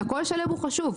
והקול שלם חשוב.